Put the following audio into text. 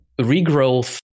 regrowth